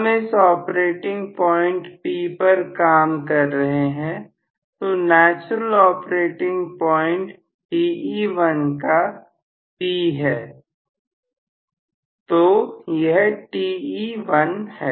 हम इस operating point P पर काम कर रहे हैं तो नेचुरल ऑपरेटिंग पॉइंट Te1 का P है तो यह Te1 है